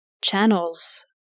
channels